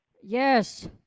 Yes